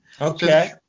Okay